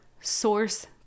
source